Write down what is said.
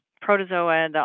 protozoa